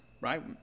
right